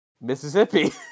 Mississippi